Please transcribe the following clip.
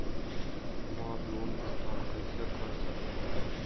हम्मर लोन भुगतान कैसे कर सके ला?